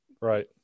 right